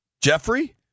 Jeffrey